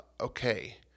okay